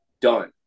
done